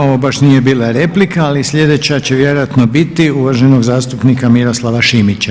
Ovo baš nije bila replika ali sljedeća će vjerojatno biti, uvaženog zastupnika Miroslava Šimića.